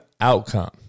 outcome